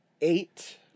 eight